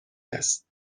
است